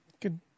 Good